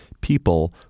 people